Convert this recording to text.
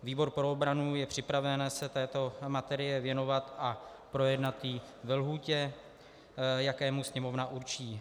Výbor pro obranu je připraven se této materii věnovat a projednat ji ve lhůtě, v jaké mu Sněmovna určí.